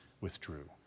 withdrew